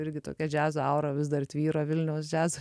irgi tokia džiazo aura vis dar tvyro vilniaus džiazo